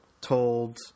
told